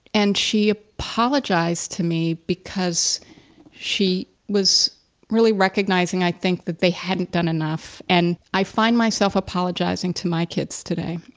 and she apologized to me because she was really recognizing, i think, that they hadn't done enough and i find myself apologizing to my kids today.